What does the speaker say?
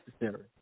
necessary